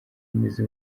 imizi